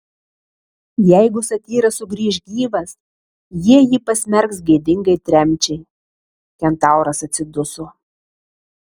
jeigu satyras sugrįš gyvas jie jį pasmerks gėdingai tremčiai kentauras atsiduso